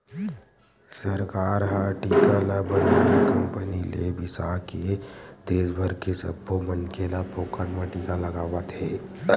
सरकार ह टीका ल बनइया कंपनी ले बिसाके के देस भर के सब्बो मनखे ल फोकट म टीका लगवावत हवय